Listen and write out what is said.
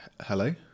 hello